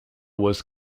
was